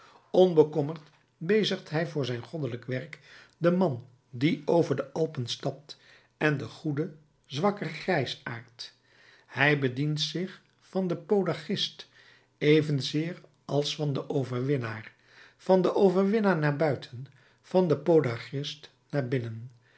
onbekommerd bezigt hij voor zijn goddelijk werk den man die over de alpen stapt en den goeden zwakken grijsaard hij bedient zich van den podagrist evenzeer als van den overwinnaar van den overwinnaar naar buiten van den podagrist naar binnen